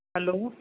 hello